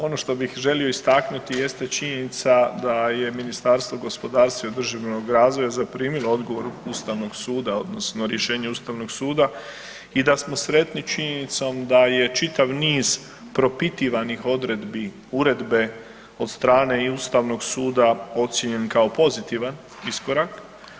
Ono što bih želio istaknuti jeste činjenica da je Ministarstvo gospodarstva i održivog razvoja zaprimilo odgovor Ustavnog suda odnosno rješenje Ustavnog suda i da smo sretni činjenicom da je čitav niz propitivanih odredbi uredbe od strane i Ustavnog suda ocijenjen kao pozitivan iskorak.